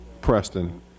Preston